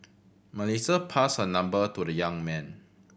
Melissa passed her number to the young man